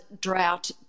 drought